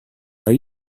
are